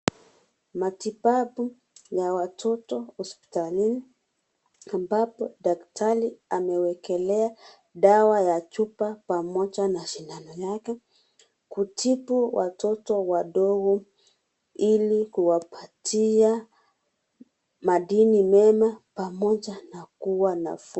Matibabu ya watoto hospitalini ambapo daktari amewekelea dawa ya chupa pamoja na sindano yake kutibu watoto wadogo ili kuwapatia madini moja pamoja na kuwa na afya.